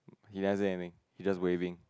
he never say anything he just waving